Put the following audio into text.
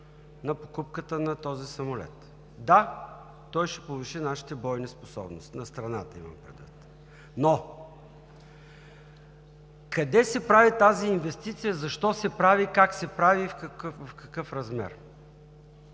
на покупката на този самолет. Да, той ще повиши нашите бойни способности, на страната имам предвид. Но къде се прави тази инвестиция, защо се прави, как се прави и в какъв размер?